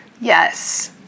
Yes